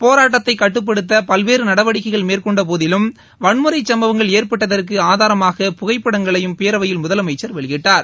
போராட்டத்தைக் கட்டுப்படுத்த பல்வேறு நடவடிக்கைகள் மேற்கொண்ட போதிலும் வன்முறை சம்பவங்கள் ஏற்பட்டதற்கு ஆதாரமாக புகைப்படங்களையும் பேரவையில் முதலமைச்சர் வெளியிட்டார்